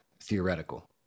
theoretical